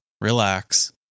relax